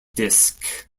disc